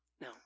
No